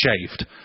shaved